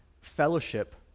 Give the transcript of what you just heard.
fellowship